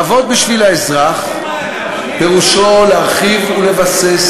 לעבוד בשביל האזרח פירושו להרחיב ולבסס,